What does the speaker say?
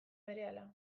berehala